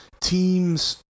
teams